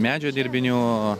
medžio dirbinių